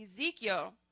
Ezekiel